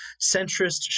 centrist